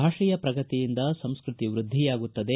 ಭಾಷೆಯ ಪ್ರಗತಿಯಿಂದ ಸಂಸ್ಕೃತಿ ವೃದ್ಧಿಯಾಗುತ್ತದೆ